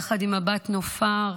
יחד עם הבת נופר,